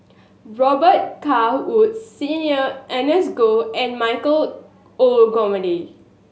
Robet Carr Woods Senior Ernest Goh and Michael Olcomendy